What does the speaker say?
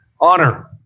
honor